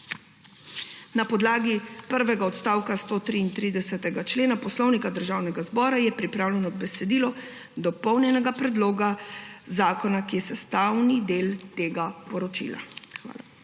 Na podlagi prvega odstavka 133. člena Poslovnika Državnega zbora je pripravljeno besedilo dopolnjenega predloga zakona, ki je sestavni del tega poročila.